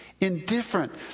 Indifferent